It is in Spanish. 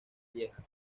lieja